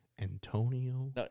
Antonio